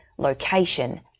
location